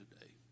today